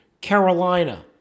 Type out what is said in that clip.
Carolina